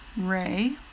Ray